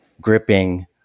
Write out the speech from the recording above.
gripping